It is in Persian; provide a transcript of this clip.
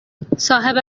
صاحب